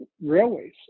railways